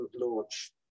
launch